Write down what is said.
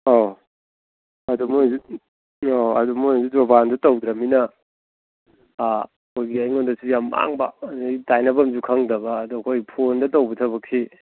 ꯑꯧ ꯑꯗꯨ ꯃꯣꯏꯅꯁꯨ ꯑꯧ ꯑꯗꯨ ꯃꯣꯏꯅꯁꯨ ꯖꯣꯕꯥꯟꯗꯣ ꯇꯧꯗ꯭ꯔꯃꯤꯅ ꯑꯩꯈꯣꯏꯒꯤ ꯑꯩꯉꯣꯟꯗꯁꯨ ꯌꯥꯝ ꯃꯥꯡꯕ ꯑꯗꯩ ꯇꯥꯏꯅꯐꯝꯁꯨ ꯈꯪꯗꯕ ꯑꯗꯣ ꯑꯩꯈꯣꯏ ꯐꯣꯟꯗ ꯇꯧꯕ ꯊꯕꯛꯁꯤ